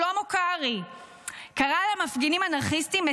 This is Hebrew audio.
שלמה קרעי קרא למפגינים "אנרכיסטים",